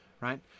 right